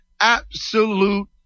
absolute